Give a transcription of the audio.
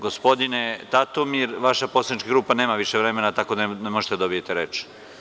Gospodine Tatomir, vaša poslanička grupa nema više vremena, tako da ne možete da dobijete reč.